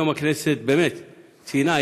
היום הכנסת ציינה,